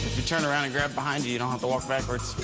you turn around and grab behind you, you don't have to walk backwards.